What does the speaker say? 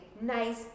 Nice